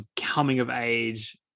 coming-of-age